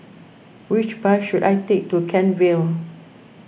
which bus should I take to Kent Vale